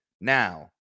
Now